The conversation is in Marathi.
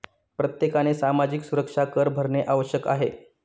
प्रत्येकाने सामाजिक सुरक्षा कर भरणे आवश्यक आहे का?